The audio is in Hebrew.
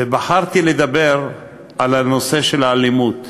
ובחרתי לדבר על נושא האלימות.